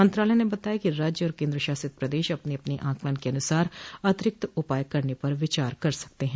मंत्रालय ने बताया कि राज्य और केन्द्रशासित प्रदेश अपने अपने ऑकलन के अनुसार अतिरिक्त उपाय करने पर विचार कर सकते हैं